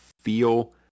feel